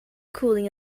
cooling